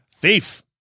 Thief